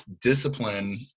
discipline